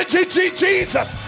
Jesus